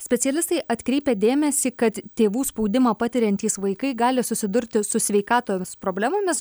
specialistai atkreipia dėmesį kad tėvų spaudimą patiriantys vaikai gali susidurti su sveikatos problemomis